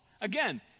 Again